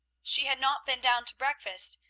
she had not been down to breakfast,